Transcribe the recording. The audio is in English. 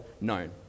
known